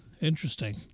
Interesting